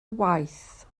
waith